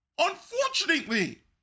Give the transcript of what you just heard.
unfortunately